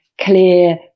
clear